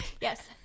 Yes